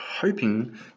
hoping